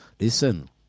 Listen